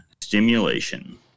stimulation